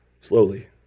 Slowly